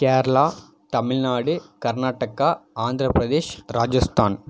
Kerala Tamil Nadu Karnataka Andhra Pradesh Rajasthan